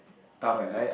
tough is it